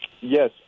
Yes